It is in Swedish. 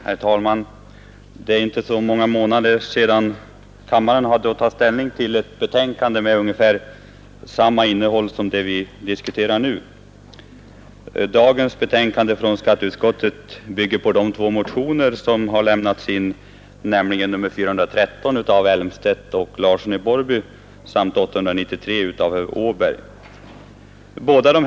Herr talman! Det är inte så många månader sedan kammaren hade att ta ställning till ett betänkande med ungefär samma innehåll som det vi diskuterar nu. Dagens betänkande från skatteutskottet bygger på de två motioner som väckts, nr 413 av herrar Elmstedt och Larsson i Borrby samt nr 893 av herr Åberg m.fl.